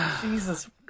Jesus